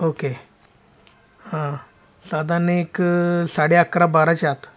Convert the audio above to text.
okay हां साधारण एक साडे अकरा बाराच्या आत